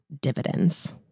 dividends